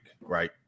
right